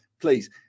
Please